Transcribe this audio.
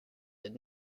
did